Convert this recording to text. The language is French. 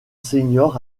senior